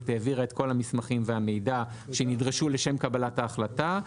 העבירה את כל המסמכים והמידע שנדרשו לשם קבלת החלטה.